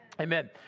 Amen